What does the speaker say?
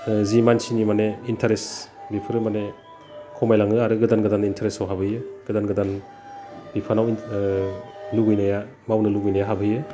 जि मानसिनि माने इन्टारेस्ट बेफोरो माने खमायलाङो आरो गोदान गोदान इन्थारेस्टाव हाबहैयो गोदान गोदान बिफानाव लुबैनाया मावनो लुबैनाया हाबहैयो